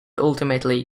ultimately